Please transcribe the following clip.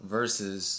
Versus